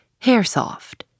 HairSoft